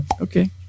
Okay